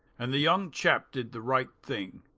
and the young chap did the right thing.